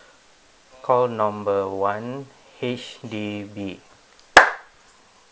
call number one H_D_B